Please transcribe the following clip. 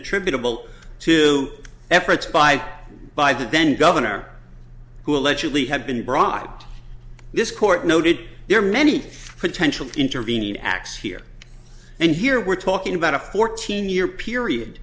attributable to efforts by by the then governor who allegedly had been brought this court noted there are many potential intervening acts here and here we're talking about a fourteen year period